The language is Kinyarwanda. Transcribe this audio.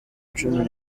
cumi